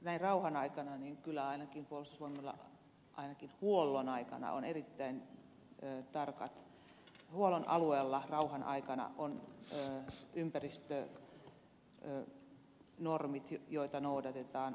näin rauhan aikana kyllä puolustusvoimilla ainakin huollon alueella on erittäin tarkat ympäristönormit joita noudatetaan